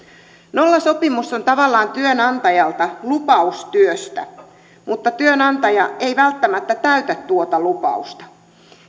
nollasopimus on tavallaan työnantajalta lupaus työstä mutta työnantaja ei välttämättä täytä tuota lupausta